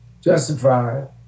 Justified